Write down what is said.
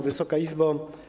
Wysoka Izbo!